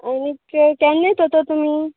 आनी केन्ना येत तर तुमी